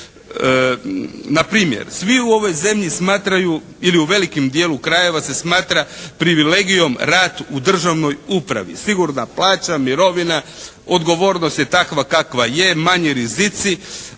Npr. svi u ovoj zemlji smatraju ili u velikom dijelu krajeva se smatra privilegijom rad u državnoj upravi, sigurna plaća, mirovina, odgovornost je takva kakva je, manji rizici.